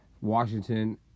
Washington